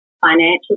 financial